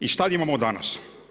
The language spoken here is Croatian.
I šta imamo danas?